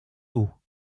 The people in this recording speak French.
hauts